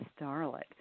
Starlet